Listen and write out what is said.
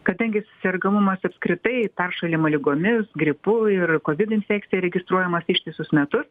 kadangis sergamumas apskritai peršalimo ligomis gripu ir kovid infekcija registruojamas ištisus metus